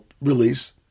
release